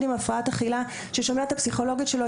עם הפרעת אכילה ושומע את הפסיכולוגית שלו,